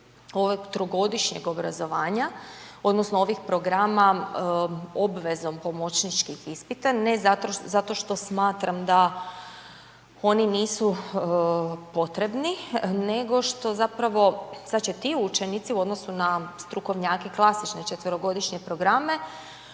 trogodišnjeg obrazovanja odnosno ovih programa obvezom pomoćničkih ispita ne zato što smatram da oni nisu potrebni nego što zapravo sada će ti učenici u odnosu na strukovnjake klasične četverogodišnje programe